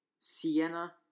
Sienna